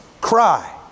cry